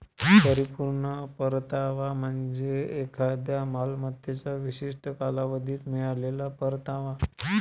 परिपूर्ण परतावा म्हणजे एखाद्या मालमत्तेला विशिष्ट कालावधीत मिळालेला परतावा